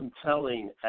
compelling